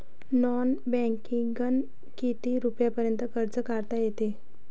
Non बँकिंगनं किती रुपयापर्यंत कर्ज काढता येते?